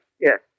Yes